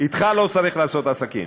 אתך לא צריך לעשות עסקים.